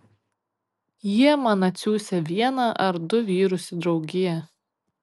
jie man atsiųsią vieną ar du vyrus į draugiją